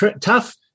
tough